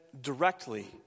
directly